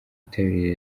itabi